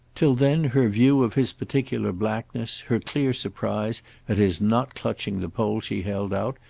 till then her view of his particular blackness, her clear surprise at his not clutching the pole she held out,